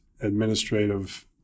administrative